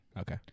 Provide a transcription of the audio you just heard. Okay